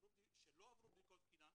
שלא עברו בדיקות תקינה,